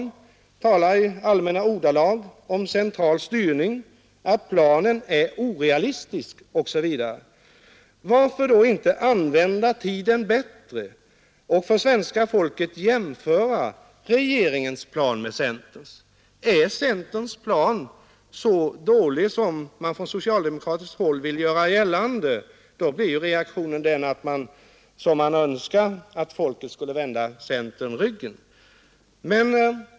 De talar i allmänna ordalag om centralstyrning och säger att planen är orealistisk. Varför då inte använda tiden bättre och för svenska folket jämföra regeringens plan med centerns? Är centerns plan så dålig som man från socialdemokratiskt håll vill göra gällande, blir reaktionen den som socialdemokraterna önskar, nämligen att folket skulle vända centern ryggen.